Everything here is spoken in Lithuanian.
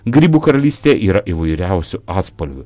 grybų karalystė yra įvairiausių atspalvių